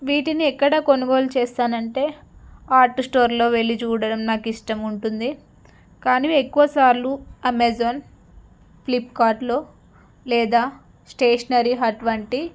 వీటిని ఎక్కడ కొనుగోలు చేస్తానంటే ఆర్ట్ స్టోర్ లో వెళ్ళి చూడడం నాకు ఇష్టం ఉంటుంది కానీ ఎక్కువసార్లు అమెజాన్ ఫ్లిప్కార్ట్లో లేదా స్టేషనరీ అటువంటి